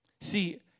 See